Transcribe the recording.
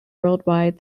worldwide